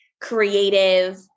creative